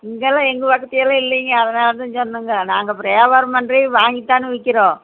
இங்கேலாம் எங்கள் பக்கத்துலலாம் இல்லைங்க அதனாலதான் சொன்னங்க நாங்கள் அப்புறோம் வியாபாரம் பண்ணுறே வாங்கி தானே விற்கிறோம்